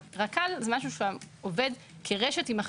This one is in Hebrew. הרי רק"ל זה משהו שעובד כרשת עם החלפות.